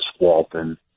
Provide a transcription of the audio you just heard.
Walton